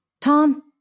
Tom